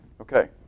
okay